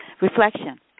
reflection